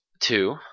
Two